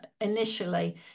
initially